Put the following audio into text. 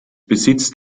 besitzt